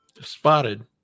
spotted